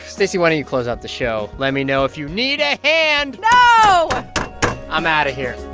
stacey, why don't you close out the show. let me know if you need a hand no i'm out of here